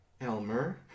Elmer